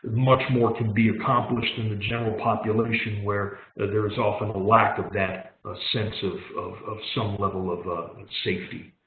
much more can be accomplished in the general population where there is often a lack of that ah sense of of some level of of safety.